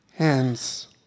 hands